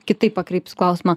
kitaip pakreipsiu klausimą